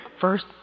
first